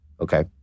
Okay